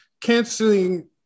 canceling